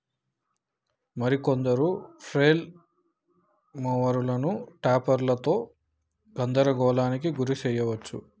మరి కొందరు ఫ్లైల్ మోవరులను టాపెర్లతో గందరగోళానికి గురి శెయ్యవచ్చు